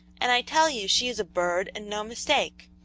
and i tell you she is a bird, and no mistake.